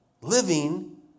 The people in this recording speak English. Living